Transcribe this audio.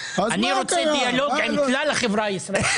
אני רוצה דיאלוג עם כלל החברה הישראלית.